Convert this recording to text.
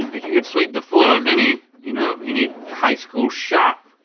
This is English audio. you could sweep the floor of any you know any high school shop,